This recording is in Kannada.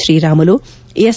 ತ್ರೀರಾಮುಲು ಎಸ್